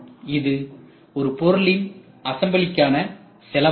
இது ஒரு பொருளின் அசம்பிளிக்கான செலவாகும்